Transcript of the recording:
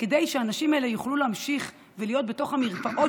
כדי שהאנשים האלה יוכלו להמשיך להיות במרפאות